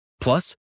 Plus